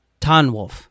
Tanwolf